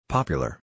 Popular